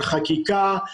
על חקיקה,